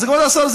אז כבוד השר,